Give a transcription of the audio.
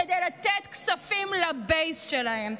כדי לתת כספים לבייס שלהם.